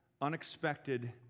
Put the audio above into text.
unexpected